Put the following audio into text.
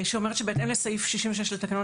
שאומרת שבהתאם לסעיף 66 לתקנון,